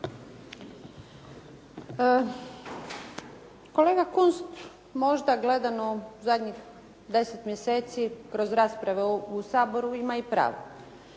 Kolega Kunst možda gledano zadnjih 10 mjeseci kroz rasprave u Saboru ima i pravo.